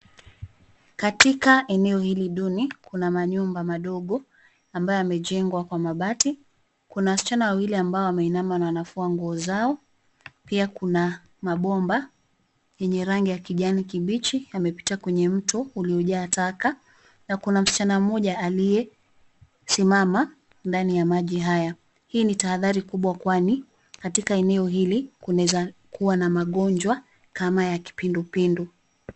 Katika eneo hili duni kuna manyumba madogo ambayo yamejengwa kwa mabati. Kuna wasichana wawili ambao wameinama na wanafua nguo zao, pia kuna mabomba yenye rangi ya kijani kibichi yamepita kwenye mto ulio jaa taka na kuna msichana moja aliyesimama ndani ya maji haya. Hii ni tahadhari kubwa kwani katika eneo hili kunaweza kuwa na magonjwa kama ya kipindipindu.